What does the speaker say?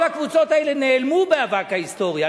כל הקבוצות האלה נעלמו באבק ההיסטוריה,